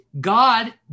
God